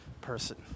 person